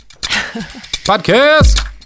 Podcast